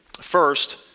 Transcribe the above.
First